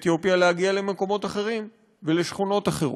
אתיופיה להגיע למקומות אחרים ולשכונות אחרות,